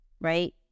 Right